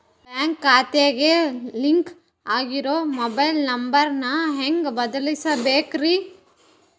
Bank ಖಾತೆಗೆ link ಆಗಿರೋ mobile number ನ ಹೆಂಗ್ ಬದಲಿಸಬೇಕ್ರಿ?